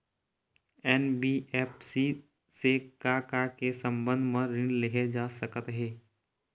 NBFC से का का के संबंध म ऋण लेहे जा सकत हे?